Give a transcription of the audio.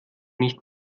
nicht